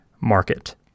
market